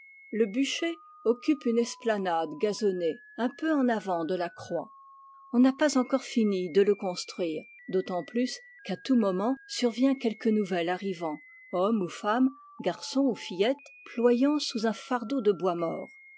le bûcher occupe une esplanade gazonnée un peu en avant de la croix on n'a pas encore fini de le construire d'autant plus qu'à tout moment survient quelque nouvel arrivant homme ou femme garçon ou fillette ployant sous un fardeau de bois mort